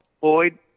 Boyd